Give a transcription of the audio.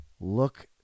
Look